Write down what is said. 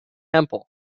temple